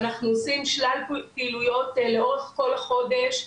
אנחנו עושים שלל פעילויות לאורך כל החודש,